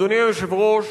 אדוני היושב-ראש,